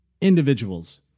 individuals